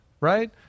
Right